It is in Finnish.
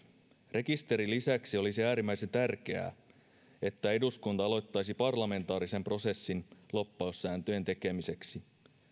rekisterin lisäksi olisi äärimmäisen tärkeää että eduskunta aloittaisi parlamentaarisen prosessin lobbaussääntöjen tekemiseksi